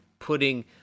putting